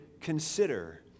consider